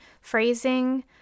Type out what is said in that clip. phrasing